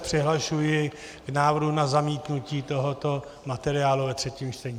Přihlašuji se k návrhu na zamítnutí tohoto materiálu ve třetím čtení.